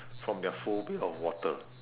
from their phobia of water